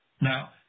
Now